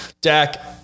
Dak